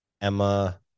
Emma